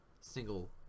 single